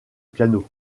piano